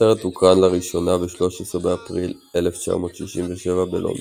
הסרט הוקרן לראשונה ב-13 באפריל 1967 בלונדון,